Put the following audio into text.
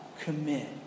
commit